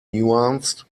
nuanced